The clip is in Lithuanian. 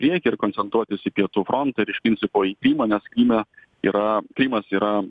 priekį ir koncentruotis į pietų frontą ir iš principos į krymą nes kryme yra krymas yra